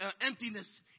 emptiness